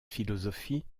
philosophie